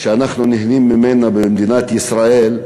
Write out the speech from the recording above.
שאנחנו נהנים ממנה במדינת ישראל,